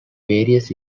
various